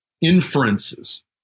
inferences